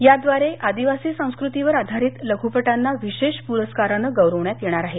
याद्वारे आदिवासी संस्कृतीवर आधारित लघ्रपटांना विशेष पुरस्कारानं गौरवण्यात येणार आहे